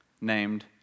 named